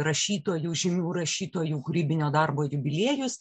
rašytojų žymių rašytojų kūrybinio darbo jubiliejus